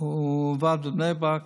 עבד בבני ברק,